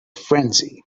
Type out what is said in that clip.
frenzy